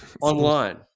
online